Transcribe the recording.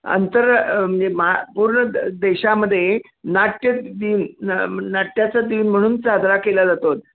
अंतर म्हणजे मा पूर्ण द देशामध्ये नाट्य दिन नाट्याचा दिन म्हणून साजरा केला जातो